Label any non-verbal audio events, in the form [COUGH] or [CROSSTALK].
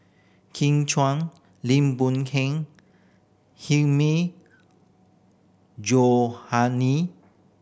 Kin [UNINTELLIGIBLE] Lim Boon Heng Hilmi [UNINTELLIGIBLE]